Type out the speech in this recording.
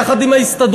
יחד עם ההסתדרות.